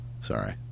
Sorry